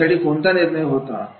त्यासाठी कोणता निर्णय होता